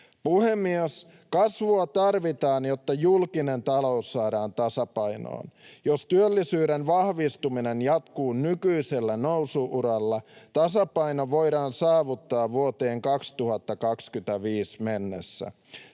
Puhemies! Kasvua tarvitaan, jotta julkinen talous saadaan tasapainoon. Jos työllisyyden vahvistuminen jatkuu nykyisellä nousu-uralla, tasapaino voidaan saavuttaa vuoteen 2025 mennessä.